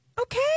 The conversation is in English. Okay